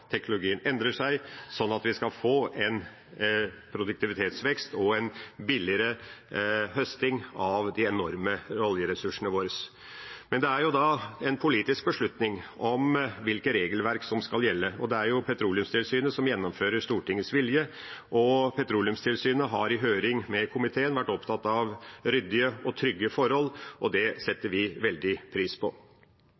teknologien endrer seg, sånn at vi kan få en produktivitetsvekst og en billigere høsting av de enorme oljeressursene våre. Det er en politisk beslutning hvilke regelverk som skal gjelde, og det er Petroleumstilsynet som gjennomfører Stortingets vilje, og Petroleumstilsynet har i høring med komiteen vært opptatt av ryddige og trygge forhold, og det